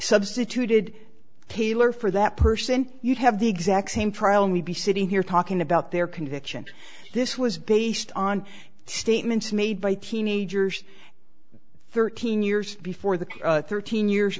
substituted taylor for that person you'd have the exact same trial and we'd be sitting here talking about their conviction this was based on statements made by teenagers thirteen years before that thirteen years